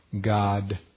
God